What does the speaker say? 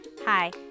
Hi